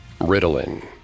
Ritalin